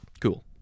Cool